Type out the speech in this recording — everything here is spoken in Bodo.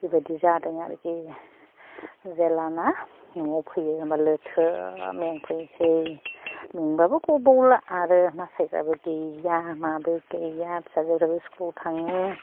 बेबादि जादों आरिखि जेलाना नआव फैयो होमबा लोथो मेंफैसै मेंबाबो गबावला आरो ना सायग्राबो गैया माबो गैया फिसाजोफ्राबो स्कुलआव थाङो